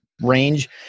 range